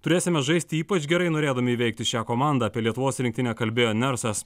turėsime žaisti ypač gerai norėdami įveikti šią komandą apie lietuvos rinktinę kalbėjo nersas